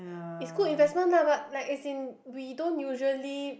it's good investment lah but like as in we don't usually